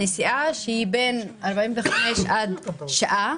נסיעה בין 45 לשעה.